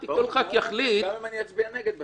ברור, גם אם אצביע נגד בסוף.